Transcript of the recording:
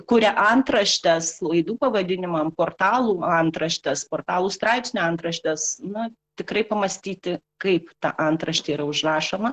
kuria antraštes laidų pavadinimam portalų antraštes portalų straipsnių antraštes na tikrai pamąstyti kaip ta antraštė yra užrašoma